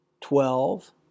twelve